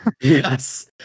Yes